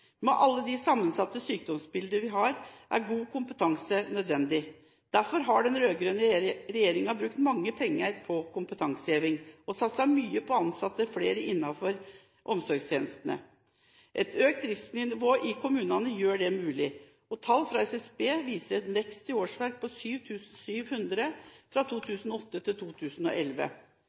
Med alle de sammensatte sykdomsbildene vi har, er god kompetanse nødvendig. Derfor har den rød-grønne regjeringen brukt mange penger på kompetanseheving og satset mye på å ansette flere innenfor omsorgstjenestene. Et økt driftsnivå i kommunene gjør dette mulig, og tall fra SSB viser en vekst i årsverk på 7 700 fra 2008 til 2011.